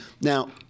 Now